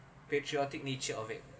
patriotic nature of it